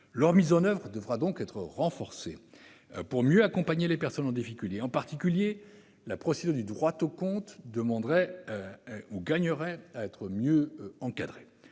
Leur mise en oeuvre devra donc être renforcée, pour mieux accompagner les personnes en difficulté. La procédure de droit au compte, en particulier, gagnerait à être mieux encadrée.